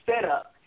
setup